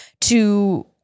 to-